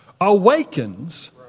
awakens